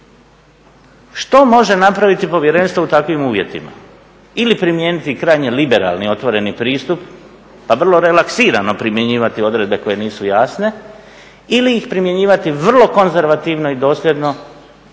Što može napraviti povjerenstvo u takvim uvjetima? Ili primijeniti krajnje liberalni otvoreni pristup pa vrlo relaksirano primjenjivati odredbe koje nisu jasne ili ih primjenjivati vrlo konzervativno i dosljedno